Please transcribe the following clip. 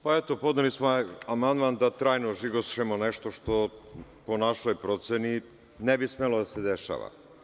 Podneli smo amandman da trajno žigošemo nešto što po našoj proceni ne bi smelo da se dešava.